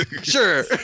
Sure